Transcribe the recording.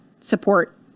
support